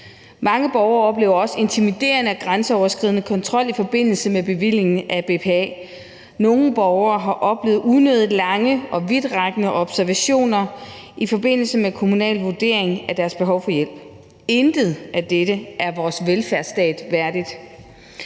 Mange borgere oplever også intimiderende og grænseoverskridende kontrol i forbindelse med bevillingen af BPA. Nogle borgere har oplevet unødig lange og vidtrækkende observationer i forbindelse med den kommunale vurdering af deres behov for hjælp. Intet af dette er vores velfærdsstat værdigt.